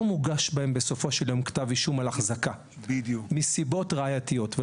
בסופו של יום לא מוגש בהם כתב אישום על החזקה מסיבות ראייתיות.